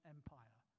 Empire